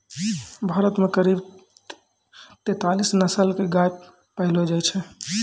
भारत मॅ करीब तेतालीस नस्ल के गाय पैलो जाय छै